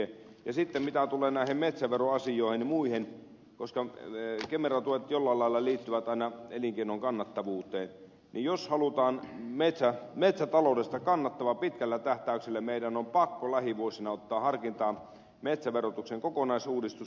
mitä tulee näihin metsäveroasioihin ja muihin koska kemera tuet jollain lailla liittyvät aina elinkeinon kannattavuuteen niin jos halutaan metsätaloudesta kannattava pitkällä tähtäyksellä meidän on pakko lähivuosina ottaa harkintaan metsäverotuksen kokonaisuudistus